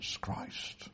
Christ